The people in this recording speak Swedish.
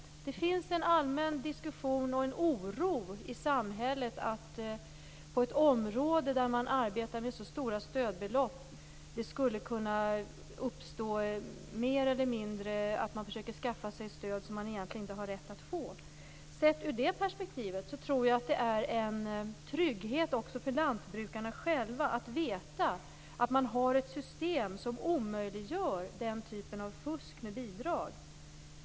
I samhället finns det en allmän diskussion om och en oro för att det skulle kunna uppstå en mer eller mindre utbredd tendens att man försöker skaffa sig ett stöd som man egentligen inte har rätt att få. Sett i det perspektivet tror jag att det är en trygghet också för lantbrukarna själva att veta att man har ett system som omöjliggör den typen av fusk med bidrag.